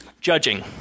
judging